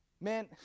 Man